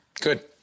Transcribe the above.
Good